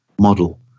model